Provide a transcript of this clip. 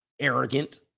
arrogant